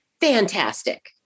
Fantastic